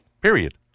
period